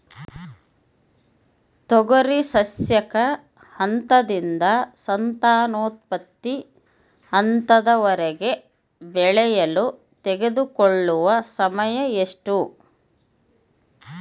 ತೊಗರಿ ಸಸ್ಯಕ ಹಂತದಿಂದ ಸಂತಾನೋತ್ಪತ್ತಿ ಹಂತದವರೆಗೆ ಬೆಳೆಯಲು ತೆಗೆದುಕೊಳ್ಳುವ ಸಮಯ ಎಷ್ಟು?